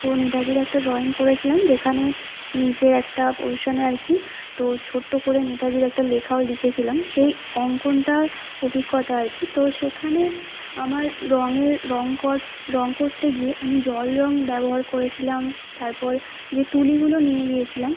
তো নেতাজির একটা ড্রয়িং করেছিলাম যেখানে নিজে একটা পোজিশনে আর কী তো ছোট্ট করে নেতাজির একটা লেখাও লিখেছিলাম সেই অঙ্কনটার অভিজ্ঞতা আর কি তো সেখানে আমার রঙের রং কর রং করতে গিয়ে আমি জলরং ব্যবহার করেছিলাম তারপর যে তুলিগুলো নিয়ে গিয়েছিলাম